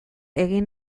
egin